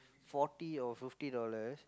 forty or fifty dollars